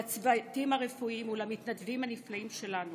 לצוותים הרפואיים ולמתנדבים הנפלאים שלנו.